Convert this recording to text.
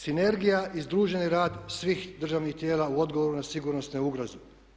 Sinergija i združeni rad svih državnih tijela u odgovoru na sigurnosnoj ugrozi.